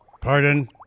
Pardon